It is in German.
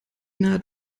naht